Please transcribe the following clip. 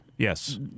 Yes